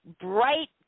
bright